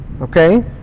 Okay